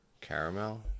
caramel